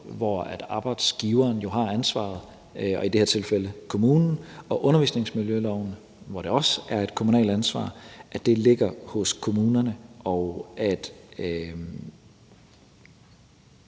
hvor arbejdsgiveren har ansvaret – i det her tilfælde kommunen – og undervisningsmiljøloven, hvor det også er et kommunalt ansvar, ligger hos kommunerne. Det,